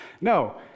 No